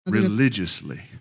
religiously